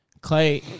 Clay